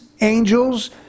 angels